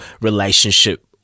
relationship